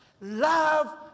Love